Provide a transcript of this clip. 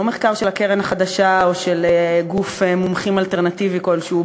זה לא מחקר של הקרן החדשה או של גוף מומחים אלטרנטיבי כלשהו.